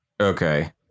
Okay